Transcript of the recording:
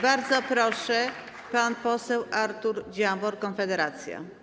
Bardzo proszę, pan poseł Artur Dziambor, Konfederacja.